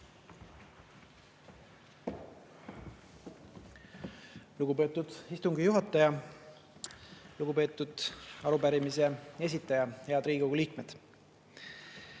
Lugupeetud istungi juhataja! Lugupeetud arupärimise esitaja! Head Riigikogu liikmed!